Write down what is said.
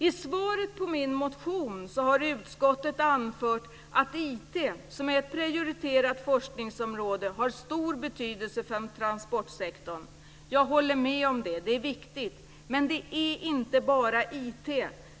I svaret till min motion har utskottet anfört att IT, som är ett prioriterat forskningsområde, har stor betydelse för transportsektorn. Jag håller med om att det är viktigt. Men det handlar inte bara om IT.